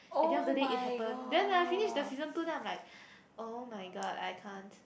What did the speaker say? at the end of the day it happen then I finish the season two then I'm like oh-my-god I can't